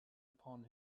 upon